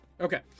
Okay